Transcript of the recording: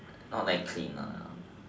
not that clean